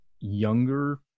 younger